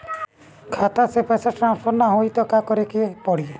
खाता से पैसा टॉसफर ना होई त का करे के पड़ी?